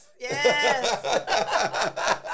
Yes